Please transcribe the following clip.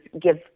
give